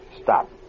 Stop